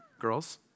Girls